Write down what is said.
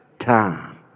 time